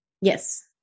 Yes